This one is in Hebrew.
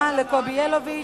תודה לקובי ילוביץ,